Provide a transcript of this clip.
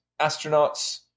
astronauts